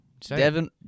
Devin